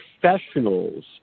professionals